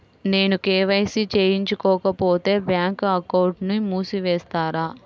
నేను కే.వై.సి చేయించుకోకపోతే బ్యాంక్ అకౌంట్ను మూసివేస్తారా?